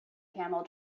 camel